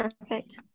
Perfect